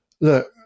look